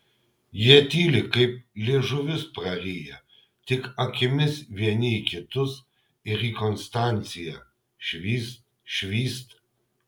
jie tyli kaip liežuvius prariję tik akimis vieni į kitus ir į konstanciją švyst švyst